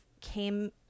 came